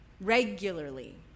regularly